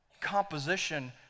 composition